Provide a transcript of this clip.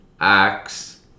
axe